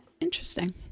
interesting